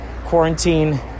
quarantine